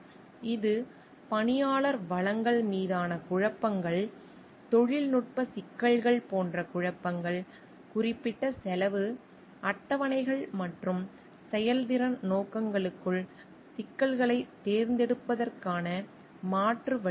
இது பணியாளர் வளங்கள் மீதான குழப்பங்கள் தொழில்நுட்ப சிக்கல்கள் போன்ற குழப்பங்கள் குறிப்பிட்ட செலவு அட்டவணைகள் மற்றும் செயல்திறன் நோக்கங்களுக்குள் சிக்கல்களைத் தீர்ப்பதற்கான மாற்று வழிகள்